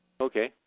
Okay